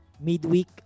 Midweek